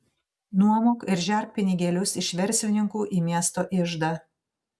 nuomok ir žerk pinigėlius iš verslininkų į miesto iždą